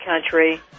country